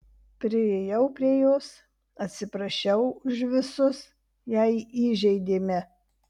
priėjau prie jos atsiprašiau už visus jei įžeidėme